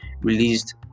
released